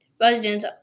residents